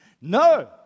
No